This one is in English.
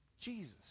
jesus